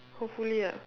hopefully ah